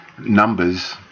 numbers